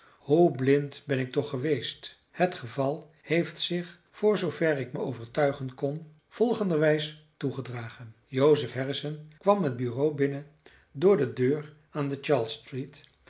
hoe blind ben ik toch geweest het geval heeft zich voor zoover ik mij overtuigen kon volgenderwijs toegedragen joseph harrison kwam het bureau binnen door de deur aan de